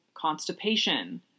constipation